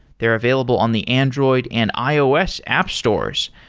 they're available on the android and ios app stores.